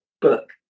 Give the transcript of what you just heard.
book